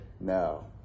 no